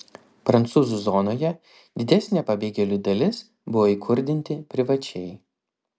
prancūzų zonoje didesnė pabėgėlių dalis buvo įkurdinti privačiai